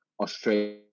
Australia